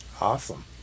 Awesome